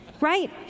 Right